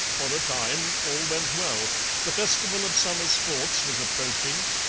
for a time all went well the festival of summer sports was approaching,